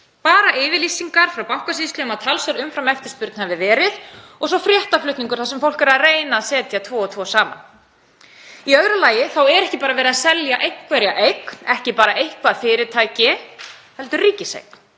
Bara yfirlýsingar frá Bankasýslunni um að talsverð umframeftirspurn hafi verið og svo fréttaflutningur þar sem fólk er að reyna að leggja tvo og tvo saman. Í öðru lagi er ekki bara verið að selja einhverja eign, ekki bara eitthvert fyrirtæki, heldur ríkiseign,